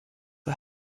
are